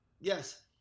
yes